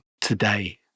today